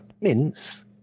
Mince